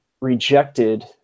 rejected